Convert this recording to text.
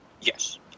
Yes